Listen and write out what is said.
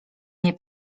nie